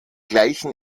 gleichen